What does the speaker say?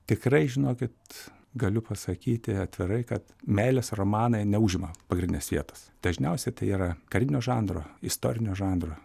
tikrai žinokit galiu pasakyti atvirai kad meilės romanai neužima pagrindinės vietos dažniausiai tai yra karinio žanro istorinio žanro